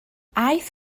aeth